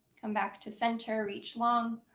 come back to center. reach long.